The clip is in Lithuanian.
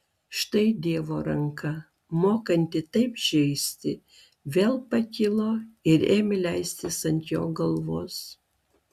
štai dievo ranka mokanti taip žeisti vėl pakilo ir ėmė leistis ant jo galvos